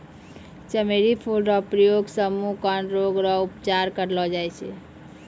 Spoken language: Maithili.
चमेली फूल रो प्रयोग से मुँह, कान रोग रो उपचार करलो जाय छै